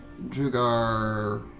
Drugar